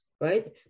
right